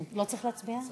לא צריך להצביע?